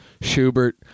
Schubert